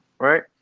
right